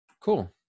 cool